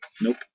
Nope